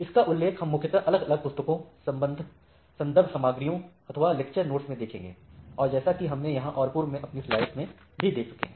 इसका उल्लेख हम मुख्यतः अलग अलग पुस्तकों संदर्भ सामग्रीयों अथवा लेक्चर नोट्स में देखेंगे और जैसा की हमने यहां और पूर्व में अपनी स्लाइड्स में भी देख चुके हैं